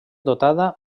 dotada